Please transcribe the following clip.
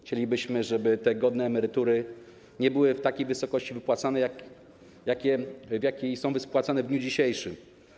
Chcielibyśmy, żeby te godne emerytury nie były w takiej wysokości wypłacane, w jakiej są wypłacane w dniu dzisiejszym.